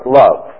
love